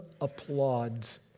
applauds